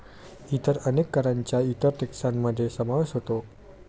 इतर अनेक करांचा इतर टेक्सान मध्ये समावेश होतो